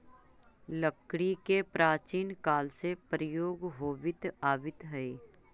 लकड़ी के प्राचीन काल से प्रयोग होवित आवित हइ